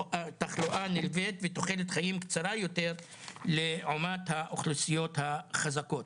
תחלואה נלווית ותוחלת חיים קצרה יותר לעומת האוכלוסיות החזקות.